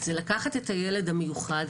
זה לקחת את הילד המיוחד,